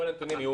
כל הנתונים.